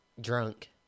drunk